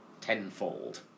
tenfold